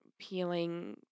peeling